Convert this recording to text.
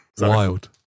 Wild